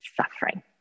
suffering